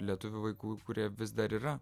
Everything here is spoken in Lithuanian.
lietuvių vaikų kurie vis dar yra